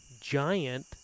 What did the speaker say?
giant